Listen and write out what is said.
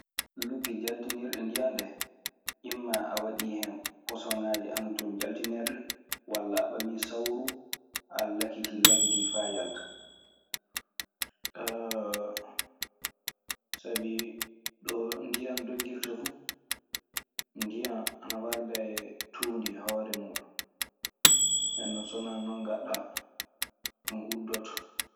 Lugge jaltinirɗe ndiyan ɗee, immaa a waɗii hen posoŋaaji ana ton jaltinirɗe, walla a ɓamii sawru, a lakkitii lakkitii faa yalta.